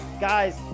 Guys